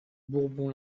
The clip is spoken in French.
bourbon